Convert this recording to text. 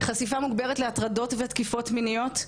חשיפה מוגברת להטרדות ותקיפות מיניות,